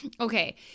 okay